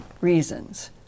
reasons